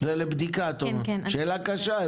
זה לבדיקה, את אומרת.